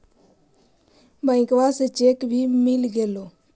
बैंकवा से चेक भी मिलगेलो?